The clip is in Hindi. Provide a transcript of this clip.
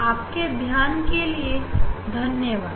आपकी ध्यान के लिए धन्यवाद